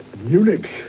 Munich